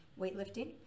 weightlifting